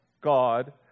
god